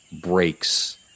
breaks